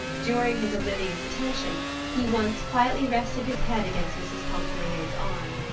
during his oblivious attention he once quietly rested his head against mrs. pontellier's arm.